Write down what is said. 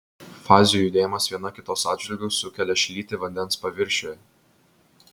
fazių judėjimas viena kitos atžvilgiu sukelia šlytį vandens paviršiuje